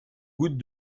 gouttes